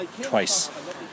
twice